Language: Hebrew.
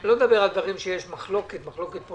אני לא מדבר על דברים שיש מחלוקת פוליטית,